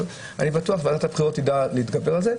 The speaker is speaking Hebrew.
אבל אני בטוח שוועדת הבחירות תדע להתגבר על זה.